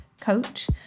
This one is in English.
coach